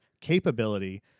capability